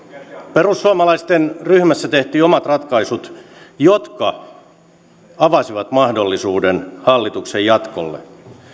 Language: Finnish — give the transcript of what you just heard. perussuomalaisten ryhmässä tehtiin omat ratkaisut jotka avasivat mahdollisuuden hallituksen jatkolle